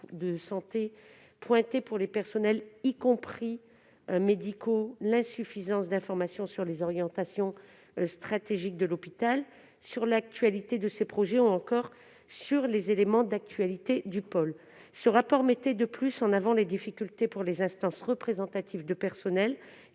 de santé pointaient pour les personnels, y compris médicaux, l'insuffisance d'informations sur les orientations stratégiques de l'hôpital, sur l'actualité de ces projets ou encore sur les éléments d'actualité du pôle. Ce rapport mettait de plus en avant les difficultés pour les instances représentatives du personnel,